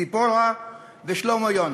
צפורה ושלמה יונה.